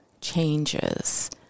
changes